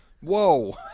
Whoa